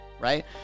Right